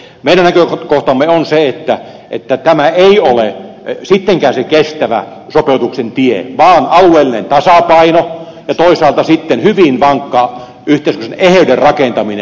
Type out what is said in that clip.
meidän näkökohtamme on se että tämä ei ole sittenkään se kestävä sopeutuksen tie vaan alueellinen tasapaino ja toisaalta sitten hyvin vankka yhteiskunnallisen eheyden rakentaminen